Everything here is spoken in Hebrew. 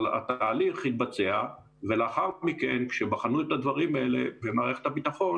אבל התהליך התבצע ולאחר מכן כשבחנו את הדברים האלה במערכת הביטחון